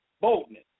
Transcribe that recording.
boldness